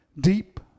Deep